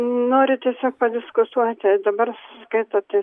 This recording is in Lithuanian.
noriu tiesiog padiskutuoti dabar skaitote